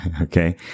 okay